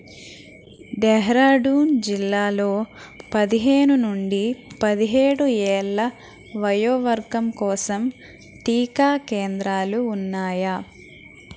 డెహ్రాడూన్ జిల్లాలో పదిహేను నుండి పదిహేడు ఏళ్ల వయోవర్గం కోసం టీకా కేంద్రాలు ఉన్నాయా